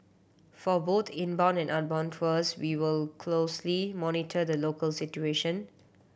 for both inbound and outbound tours we will closely monitor the local situation